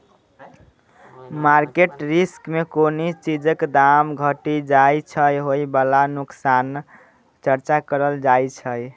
market risk मे कोनो चीजक दाम घटि जाइ सँ होइ बला नोकसानक चर्चा करल जाइ छै